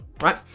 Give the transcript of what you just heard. right